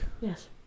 Yes